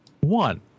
one